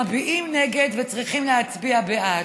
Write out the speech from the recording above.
מביעים נגד וצריכים להצביע בעד,